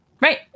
Right